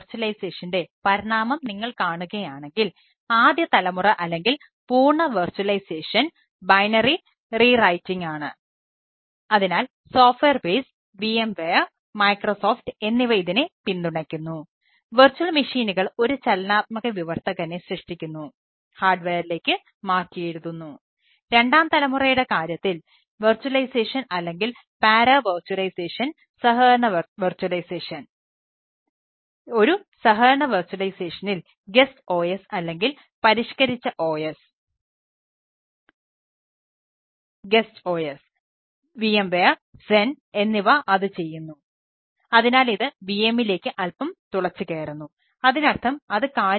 വിർച്വലൈസേഷനിലേക്കുള്ള സാധാരണ സമീപനങ്ങളെ